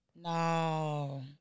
No